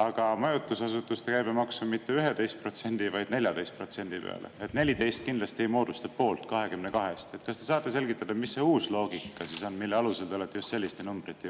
aga majutusasutuste käibemaksu mitte 11%, vaid 14% peale. 14 kindlasti ei moodusta poolt 22-st. Kas te saate selgitada, mis see uus loogika on, mille alusel te olete just selliste numbrite juurde